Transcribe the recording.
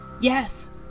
Yes